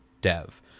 dev